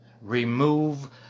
Remove